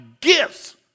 gifts